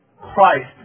Christ